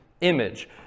image